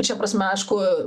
ir šia prasme aišku